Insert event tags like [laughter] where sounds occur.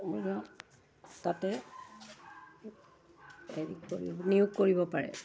[unintelligible] তাতে হেৰি কৰিব নিয়োগ কৰিব পাৰে